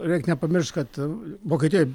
reik nepamiršt kad vokietijoj